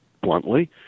bluntly